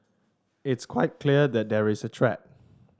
it's quite clear that there is a threat